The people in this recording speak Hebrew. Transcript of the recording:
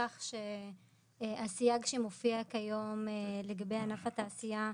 כך שהסייג שמופיע כיום לגבי ענף התעשייה,